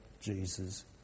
Jesus